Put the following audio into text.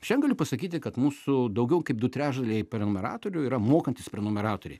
šian galiu pasakyti kad mūsų daugiau kaip du trečdaliai prenumeratorių yra mokantys prenumeratoriai